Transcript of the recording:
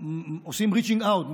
עושים reaching out,